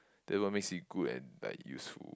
then what makes you good and like useful